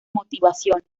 motivaciones